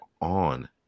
on